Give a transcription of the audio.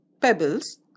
pebbles